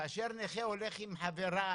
כאשר נכה הולך עם חברה,